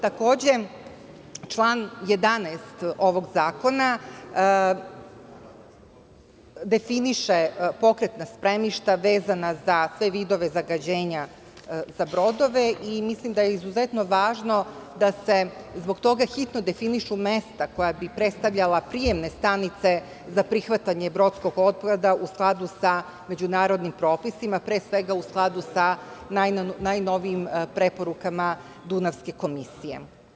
Takođe, član 11. ovog zakona definiše pokretna spremišta vezana za sve vidove zagađenja za brodove i mislim da je izuzetno važno da se zbog toga hitno definišu mesta koja bi predstavljala prijemne stanice za prihvatanje brodskog otpada u skladu sa međunarodnim propisima, pre svega u skladu sa najnovijim preporukama Dunavske komisije.